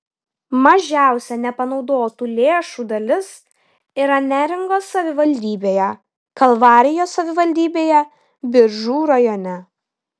mažiausia nepanaudotų lėšų dalis yra neringos savivaldybėje kalvarijos savivaldybėje biržų rajone